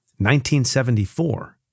1974